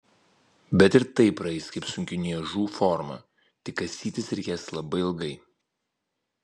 bet ir tai praeis kaip sunki niežų forma tik kasytis reikės labai ilgai